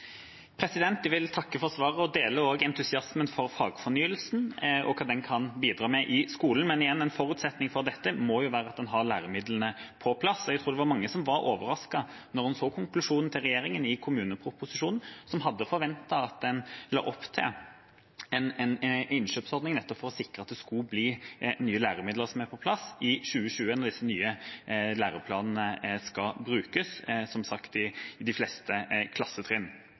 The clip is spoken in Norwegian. Jeg vil takke for svaret, og jeg deler også entusiasmen for fagfornyelsen og hva den kan bidra med i skolen. Men igjen: En forutsetning for dette må være at en har læremidlene på plass, og jeg tror det var mange som ble overrasket da de så konklusjonen til regjeringen i kommuneproposisjonen, og som hadde forventet at en la opp til en innkjøpsordning – nettopp for å sikre at det skulle være nye læremidler på plass i 2020, når de nye læreplanene som sagt skal tas i bruk på de fleste klassetrinn.